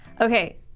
Okay